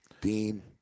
Dean